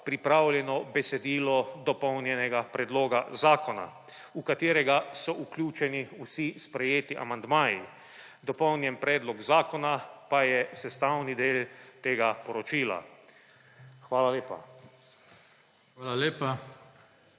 pripravljeno besedilo dopolnjenega predloga zakona, v katerega so vključeni vsi sprejeti amandmaji. Dopolnjen predlog zakona pa je sestavni del tega poročila. Hvala lepa.